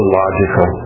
logical